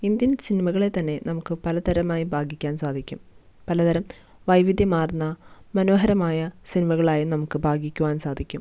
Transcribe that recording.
Indian സിനിമകളെ തന്നെ നമുക്ക് പലതരമായി ഭാഗിക്കാൻ സാധിക്കും പലതരം വൈവിധ്യമാർന്ന മനോഹരമായ സിനിമകളായി നമുക്ക് ഭാഗിക്കുവാൻ സാധിക്കും